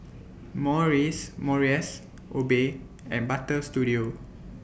Morries Morris Obey and Butter Studio